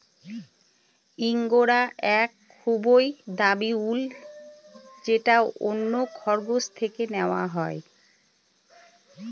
ইঙ্গরা এক খুবই দামি উল যেটা অন্য খরগোশ থেকে নেওয়া হয়